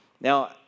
Now